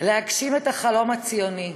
להגשים את החלום הציוני.